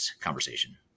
conversation